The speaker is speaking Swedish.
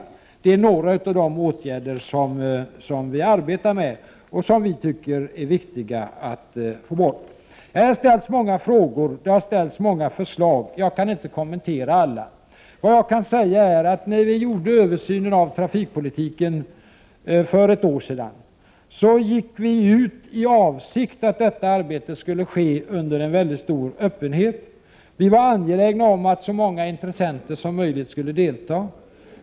Detta är alltså några av de åtgärder som vi arbetar med och som vi tycker är viktiga. Här har ställts många frågor och många förslag. Jag kan inte kommentera dem alla. Vad jag kan säga är att när vi gjorde översynen av trafikpolitiken för ett år sedan, så var vår avsikt att detta arbete skulle ske under mycket stor öppenhet. Vi var angelägna om att så många intressenter som möjligt skulle delta.